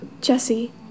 Jesse